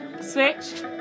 switch